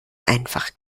einfach